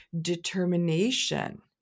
determination